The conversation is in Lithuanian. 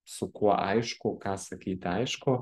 su kuo aišku ką sakyti aišku